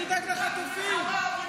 לחטופים יותר,